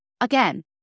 Again